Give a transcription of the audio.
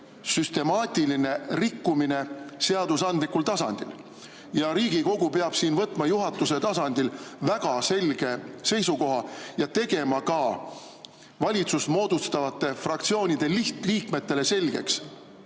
süstemaatiline rikkumine seadusandlikul tasandil. Riigikogu peab siin võtma juhatuse tasandil väga selge seisukoha ja tegema ka valitsust moodustavate [erakondade] fraktsioonide lihtliikmetele selgeks,